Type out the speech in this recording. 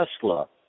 Tesla